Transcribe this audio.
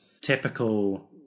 typical